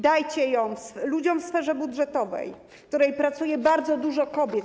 Dajcie je ludziom w sferze budżetowej, w której pracuje bardzo dużo kobiet.